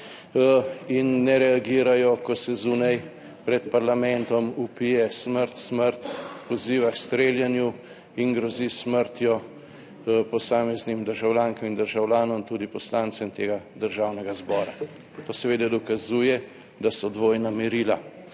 in ne reagirajo, ko se zunaj pred parlamentom vpije smrt, smrt, poziva k streljanju in grozi s smrtjo posameznim državljankam in državljanom, tudi poslancem tega Državnega zbora. To seveda dokazuje, da so dvojna merila,